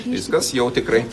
viskas jau tikrai